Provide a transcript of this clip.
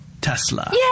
Tesla